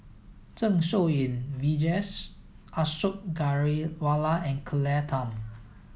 Zeng Shouyin Vijesh Ashok Ghariwala and Claire Tham